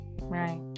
right